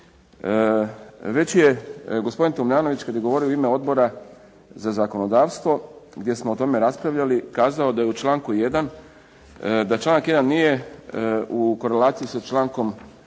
Već je gospodin Tomljanović kad je govorio u ime Odbora za zakonodavstvo gdje smo o tome raspravljali kazao da članak 1. nije u korelaciji sa člankom